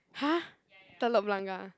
!huh! Telok-Blangah